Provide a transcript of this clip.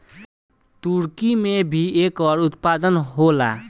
तुर्की में भी एकर उत्पादन होला